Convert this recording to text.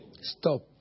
Stop